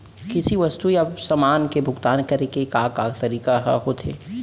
किसी वस्तु या समान के भुगतान करे के का का तरीका ह होथे?